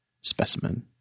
specimen